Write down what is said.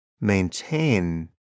maintain